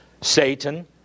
Satan